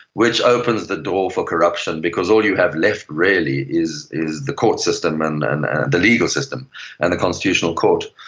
which opens the door for corruption because all you have left really is is the court system and and the legal system and the constitutional court.